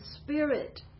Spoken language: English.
spirit